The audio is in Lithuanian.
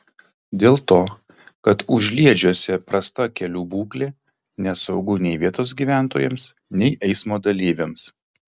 dėl to kad užliedžiuose prasta kelių būklė nesaugu nei vietos gyventojams nei eismo dalyviams